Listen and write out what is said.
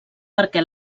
perquè